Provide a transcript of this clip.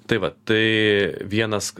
tai vat tai vienas